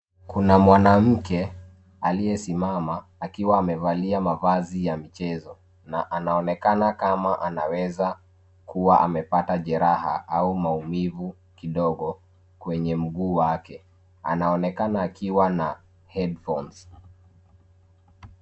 Kuna mwanamke aliyesimama, akiwa amevalia mavazi ya michezo na anaonekana kama anaweza kuwa amepata jeraha au maumivu kidogo kwenye mguu wake. Anaonekana akiwa na headphones .